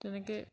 তেনেকৈ